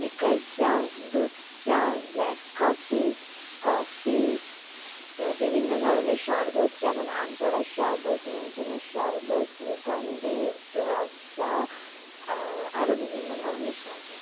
liquor চা দুধ চা ব্ল্যাক কফি কফি বিভিন্ন ধরনের শরবত যেমন আম পোড়ার শরবত নুনচিনির শরবত গ্লুকনডি রূআফজা আরো বিভিন্ন ধরনের শরবত